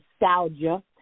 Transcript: nostalgia